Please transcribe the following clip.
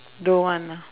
don't want ah